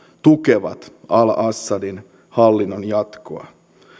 tukevat al assadin hallinnon jatkoa